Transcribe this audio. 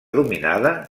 dominada